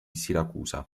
siracusa